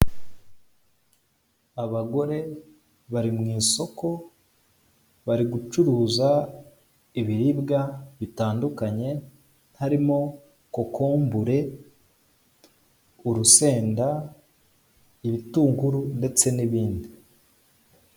Abagore bari mu isoko bari gucuruza ibiribwa bitandukanye harimo kokombure, urusenda, ibitunguru ndetse n'ibindi.